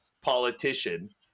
politician